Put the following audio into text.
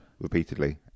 repeatedly